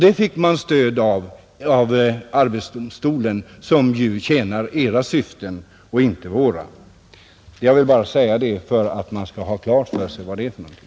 Det fick man stöd för av arbetsdomstolen, som ju tjänar era syften och inte våra. Jag har velat säga detta för att man skall få klart för sig hur det ligger till.